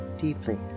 deeply